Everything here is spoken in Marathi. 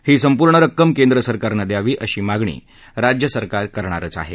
ही संपूर्ण रक्कम केंद्रसरकारनं द्यावी अशी मागणी राज्यसरकार करणारच आहे